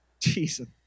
Jesus